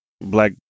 black